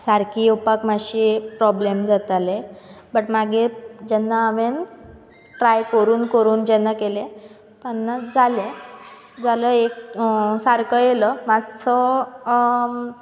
सारकी येवपा मातशें प्रोब्लेम जाताले बट मागीर जेन्ना हांवें ट्राय करून करून जेन्ना केलें तेन्ना जालें तेन्ना एक सारको येयलो मातसो